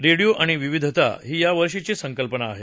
radio आणि विविधता ही या वर्षीची संकल्पना आहे